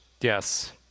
Yes